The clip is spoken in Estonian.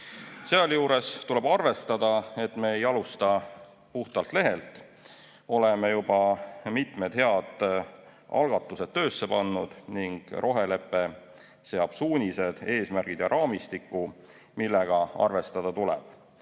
Sealjuures tuleb arvestada, et me ei alusta puhtalt lehelt. Oleme juba mitmed head algatused töösse pannud ning rohelepe seab suunised, eesmärgid ja raamistiku, millega arvestada tuleb.